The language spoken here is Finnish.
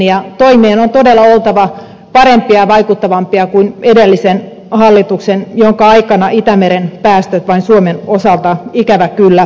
toimien on todella oltava parempia ja vaikuttavampia kuin edellisen hallituksen jonka aikana itämeren päästöt suomen osalta ikävä kyllä vain kasvoivat